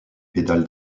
pédale